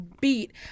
beat